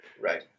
Right